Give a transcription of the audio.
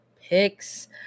picks